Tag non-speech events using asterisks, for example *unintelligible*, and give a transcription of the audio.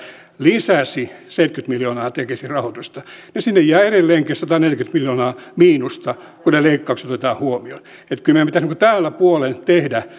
lisäsi seitsemänkymmentä miljoonaa tekesin rahoitusta niin sinne jää edelleenkin sataneljäkymmentä miljoonaa miinusta kun ne leikkaukset otetaan huomioon että kyllä meidän pitäisi tällä puolen tehdä *unintelligible*